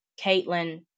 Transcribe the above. Caitlyn